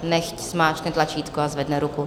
Nechť zmáčkne tlačítko a zvedne ruku.